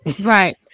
Right